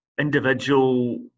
individual